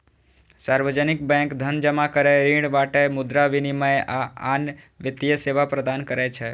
सार्वजनिक बैंक धन जमा करै, ऋण बांटय, मुद्रा विनिमय, आ आन वित्तीय सेवा प्रदान करै छै